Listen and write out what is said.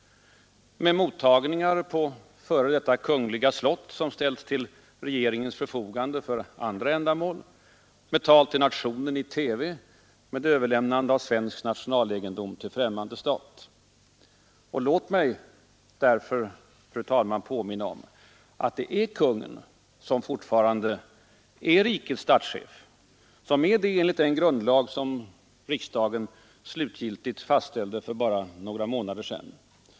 Med mottagningar på f. d. kungliga slott, som ställts till regeringens förfogande för andra ändamål. Med ”tal till nationen” i TV. Med överlämnande av svensk nationalegendom till främmande stat. Låt mig därför, fru talman, påminna om att det är kungen som fortfarande är rikets statschef enligt den grundlag som riksdagen slutgiltigt fastställde för bara några månader sedan.